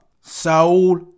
Saul